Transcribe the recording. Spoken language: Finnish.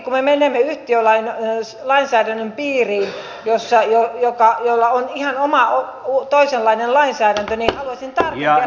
nyt kuitenkin kun me menemme yhtiölainsäädännön piiriin jolla on ihan oma toisenlainen lainsäädäntö niin haluaisin tarkempia perusteluita